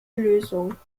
lösung